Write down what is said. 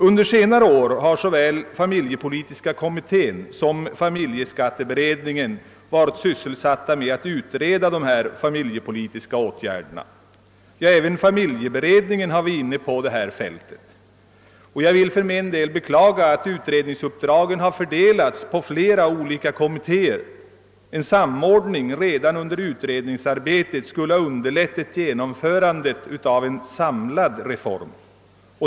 Under senare år har såväl den familjepolitiska kommittén som familjeskatteberedningen varit sysselsatta med att utreda de familjepolitiska åtgärderna. Ja, även familjeberedningen har varit inne på det här fältet. Jag vill för min del beklaga, att utredningsuppdragen har fördelats på flera olika kommittéer. En samordning redan under utredningsarbetet skulle ha underlättat genomförandet av en samlad reform.